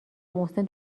محسن